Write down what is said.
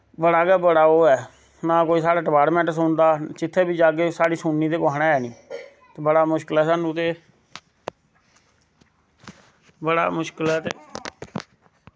बड़ा गै बड़ा ओह् ऐ ना कोई साढ़ै डिपार्टमैंट सुनदा जित्थें बी जाह्गे साढ़ी सुननी ते कुसै नै है नी ते बड़ा मुश्कल ऐ स्हानू ते बड़ा मुश्कल ऐ ते